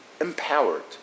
empowered